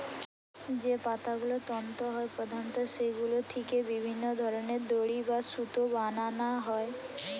যে পাতাগুলো তন্তু হয় প্রধানত সেগুলো থিকে বিভিন্ন ধরনের দড়ি বা সুতো বানানা হয়